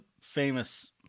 famous